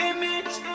Image